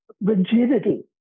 rigidity